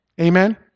Amen